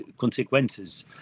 consequences